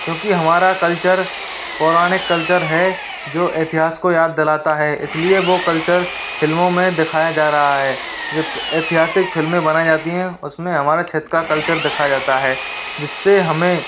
क्योंकि हमारा कल्चर पौराणिक कल्चर है जो इतिहास को याद दिलाता है इसलिए वो कल्चर फिल्मों में दिखाया जा रहा है जब ऐतिहासिक फिल्में बनाई जाती हैं उसमें हमारा क्षेत्र का कल्चर दिखाया जाता है जिससे हमें